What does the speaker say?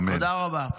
תודה רבה.